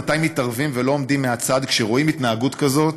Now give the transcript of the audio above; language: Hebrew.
מתי מתערבים ולא עומדים מהצד כשרואים התנהגות כזאת,